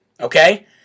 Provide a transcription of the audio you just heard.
okay